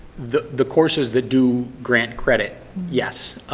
the the courses that do grant credit, yes.